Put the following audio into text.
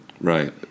right